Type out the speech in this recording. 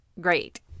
great